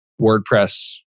WordPress